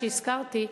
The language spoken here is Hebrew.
שהזכרתי,